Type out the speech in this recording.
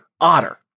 otter